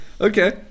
Okay